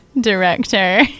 director